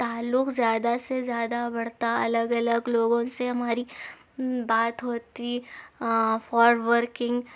تعلق زیادہ سے زیادہ بڑھتا الگ الگ لوگوں سے ہماری بات ہوتی فار ورکنگ